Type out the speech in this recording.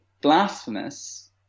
blasphemous